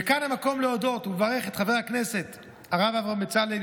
וכאן המקום להודות ולברך את חבר הכנסת הרב אברהם בצלאל,